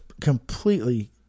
completely